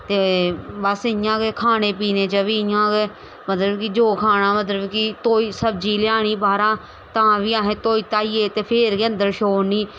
ते बस इ'यां गै खाने पीने च बी इ'यां गै मतलब कि जे खाना मतलब कि धोई सब्जी लेआनी बाह्रा तां बी असें धोई धाइये ते फिर गै अंदर छोड़नी